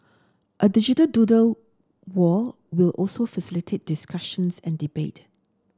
a digital doodle wall will also facilitate discussions and debate